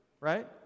right